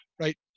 right